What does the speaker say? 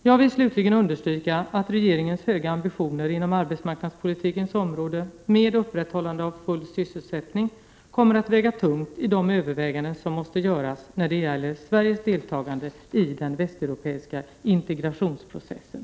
Jag vill slutligen understryka att regeringens höga ambitioner inom arbetsmarknadspolitikens område med upprätthållande av full sysselsättning kommer att väga tungt i de överväganden som måste göras när det gäller Sveriges deltagande i den västeuropeiska integrationsprocessen.